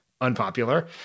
unpopular